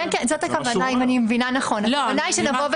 אם אני מבינה נכון, זאת הכוונה.